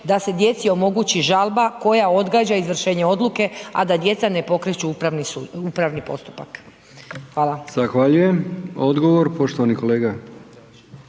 da se djeci omogući žalba koja odgađa izvršenje odluke, a da djeca ne pokreću upravni sud, upravni